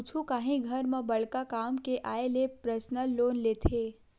कुछु काही घर म बड़का काम के आय ले परसनल लोन लेथे